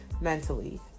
mentally